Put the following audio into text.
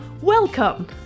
Welcome